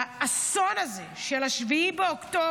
מהאסון הזה של 7 באוקטובר,